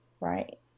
Right